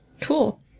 Cool